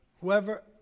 whoever